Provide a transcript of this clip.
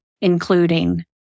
including